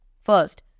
First